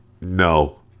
no